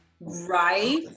Right